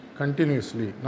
continuously